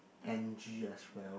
Angie as well